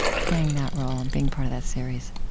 playing that role and being part of that series?